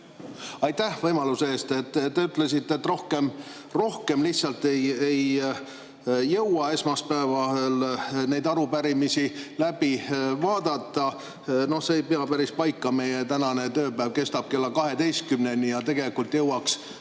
Aitäh võimaluse eest! Te ütlesite, et rohkem lihtsalt ei jõua esmaspäeval arupärimisi läbi vaadata. See ei pea päris paika. Meie tänane tööpäev kestab kella 12‑ni ja tegelikult me jõuaks